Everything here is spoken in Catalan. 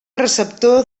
receptor